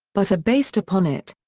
but are based upon it.